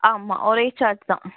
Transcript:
ஆமாம் ஒரே சார்ஜ் தான்